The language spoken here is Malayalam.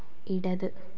ഇടത്